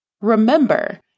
Remember